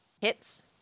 Hits